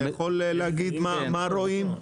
אתה יכול להגיד מה רואים?